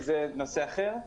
כי זה נושא אחר.